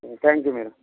ah thank you madam